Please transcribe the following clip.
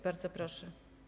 Bardzo proszę.